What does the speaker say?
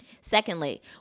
Secondly